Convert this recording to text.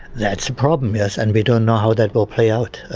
that's a problem, yes, and we don't know how that will play out.